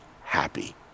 happy